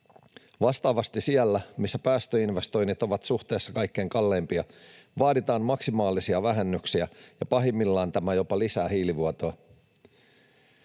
Vastaavasti siellä, missä päästöinvestoinnit ovat suhteessa kaikkein kalleimpia, vaaditaan maksimaalisia vähennyksiä, ja pahimmillaan tämä jopa lisää hiilivuotoa.